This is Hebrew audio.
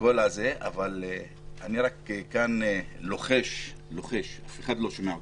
אבל אני כאן רק לוחש למארגנים אף אחד לא שומע אותנו,